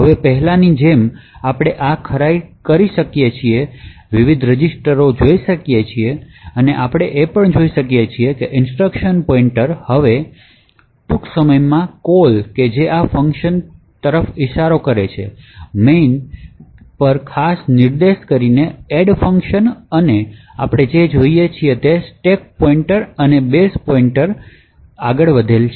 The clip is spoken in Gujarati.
હવે પહેલાની જેમ આપણે પણ આ ખરાઇ કરી શકે છે આપણે વિવિધ રજિસ્ટર જોઈ શકી છીએ અને આપણે જોઈએ છીએ કે ઇન્સટ્રક્શન પોઇન્ટર હવે હકીકત તે ટૂંક સમયમાં કૉલ જે આ જે પછી ફંકશન તરફ ઇશારો છે મેઇન ક્યાંક નિર્દેશખાસ કરીને એડ ફંક્શનઅને આપણે જે જોઈએ છીએ તે સ્ટેક પોઇન્ટર અને બેઝ પોઇન્ટર સ્ટેક આગળ વધ્યું છે